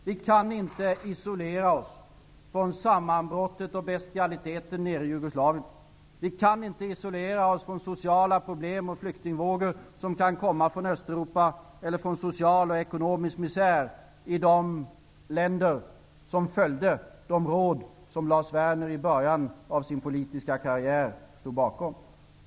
Vi kan inte isolera oss från sammanbrottet och bestialiteten nere i Jugoslavien. Vi kan inte isolera oss från sociala problem och flyktingvågor som kan komma från Östeuropa, eller från social och ekonomisk misär i de länder som följde de råd Lars Werner i början av sin politiska karriär stod bakom.